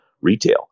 retail